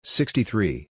sixty-three